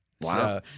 Wow